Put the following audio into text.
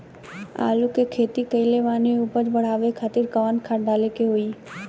आलू के खेती कइले बानी उपज बढ़ावे खातिर कवन खाद डाले के होई?